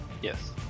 Yes